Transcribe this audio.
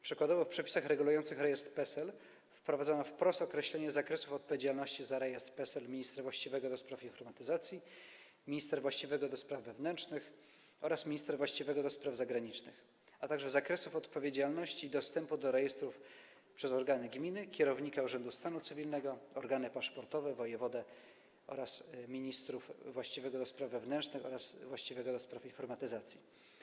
Przykładowo w przepisach regulujących rejestr PESEL wprowadzono wprost określenie zakresów odpowiedzialności za rejestr PESEL ministra właściwego do spraw informatyzacji, ministra właściwego do spraw wewnętrznych oraz ministra właściwego do spraw zagranicznych, a także zakresów odpowiedzialności i dostępu do rejestru organów gminy, kierownika urzędu stanu cywilnego, organów paszportowych, wojewody oraz ministrów: właściwego do spraw wewnętrznych oraz właściwego do spraw informatyzacji.